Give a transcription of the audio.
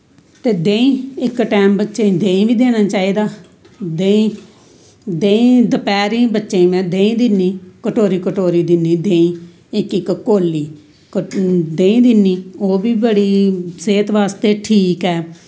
ते देहीं इक टैम बच्चेंई देहीं बी देना चाही दा देहीं देहीं दपैहरी बच्चेंई में देहीं दिन्नी कटोरी कटोरी दिन्नी देहीं इक इक कौल्ली देही दिन्नी ओह्बी बड़ी सेहत बास्तै ठीक ऐ